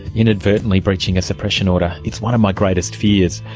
inadvertently breaching a suppression order it's one of my greatest fears.